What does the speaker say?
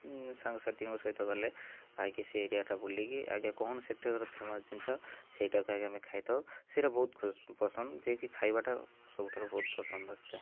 ସାଙ୍ଗସାଥିଙ୍କ ସହିତ ଗଲେ ଖାଇକି ସେ ଏରିଆଟା ବୁଲିକି ଆଗେ କ'ଣ ସେଠାକାର କ'ଣ ଫେମସ୍ ଜିନିଷ ସେଇଟାକୁ ଆମେ ଆଗେ ଖାଇଥାଉ ସେଇଗୁଡ଼ା ବହୁତ ଖୁଶ୍ ପସନ୍ଦ ଯିଏକି ଖାଇବାଟା ସବୁଠାରୁ ବହୁତ ପସନ୍ଦ ଆସିଥାଏ